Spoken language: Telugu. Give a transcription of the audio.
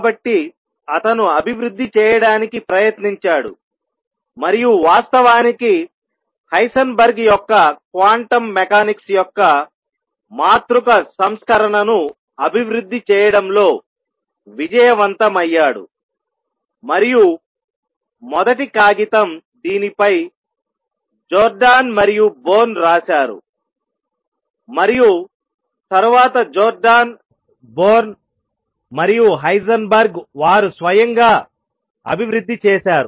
కాబట్టి అతను అభివృద్ధి చేయడానికి ప్రయత్నించాడు మరియు వాస్తవానికి హైసెన్బర్గ్ యొక్క క్వాంటం మెకానిక్స్ యొక్క మాతృక సంస్కరణను అభివృద్ధి చేయడంలో విజయవంతమయ్యాడు మరియు మొదటి కాగితం దీనిపై జోర్డాన్ మరియు బోర్న్ రాశారు మరియు తరువాత జోర్డాన్ బోర్న్ మరియు హైసెన్బర్గ్ వారు స్వయంగా అభివృద్ధి చేశారు